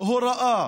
הוראה